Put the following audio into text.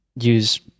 use